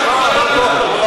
למה אתה מתגולל עליו?